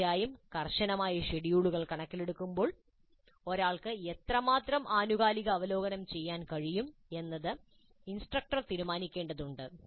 തീർച്ചയായും കർശനമായ ഷെഡ്യൂളുകൾ കണക്കിലെടുക്കുമ്പോൾ ഒരാൾക്ക് എത്രമാത്രം ആനുകാലിക അവലോകനം ചെയ്യാൻ കഴിയും എന്നത് ഇൻസ്ട്രക്ടർ തീരുമാനിക്കേണ്ടതുണ്ട്